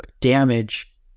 damage